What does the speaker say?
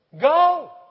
Go